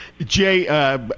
Jay